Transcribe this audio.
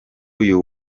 uyu